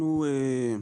אנחנו,